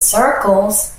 circles